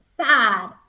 sad